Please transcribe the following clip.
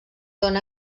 dóna